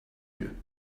you